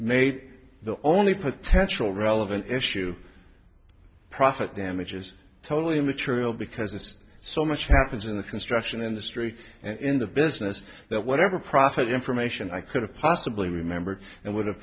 mate the only potential relevant issue profit damages totally immaterial because it's so much happens in the construction industry and in the business that whatever profit information i could have possibly remembered and would have